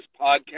podcast